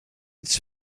ets